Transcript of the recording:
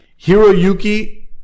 Hiroyuki